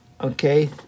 okay